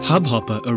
Hubhopper